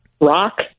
rock